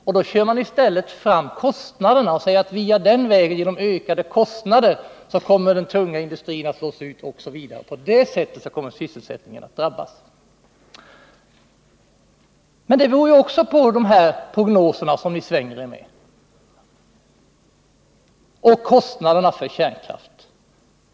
Men då kör man i stället fram kostnaderna och säger att genom ökade driftkostnader kommer den tunga industrin att slås ut osv. och att sysselsättningen på det sättet kommer att drabbas. Men detta beror ju också på de här prognoserna som ni svänger er med om kostnaderna för kärnkraften.